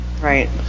right